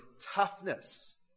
toughness